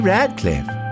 Radcliffe